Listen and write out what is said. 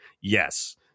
Yes